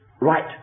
right